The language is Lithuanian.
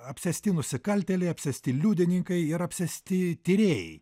apsėsti nusikaltėliai apsėsti liudininkai ir apsėsti tyrėjai